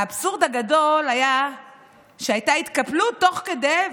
האבסורד הגדול היה כשהייתה התקפלות תוך כדי,